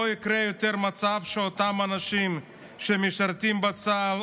לא יקרה מצב שאותם אנשים שמשרתים בצה"ל,